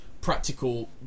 practical